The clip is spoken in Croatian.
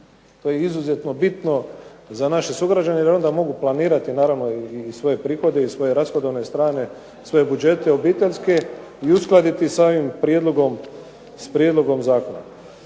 To je izuzetno bitno za naše sugrađane jer onda mogu planirati naravno i svoje prihodovne i svoje rashodovne strane, svoje budžete obiteljske i uskladiti sa ovim prijedlogom zakona.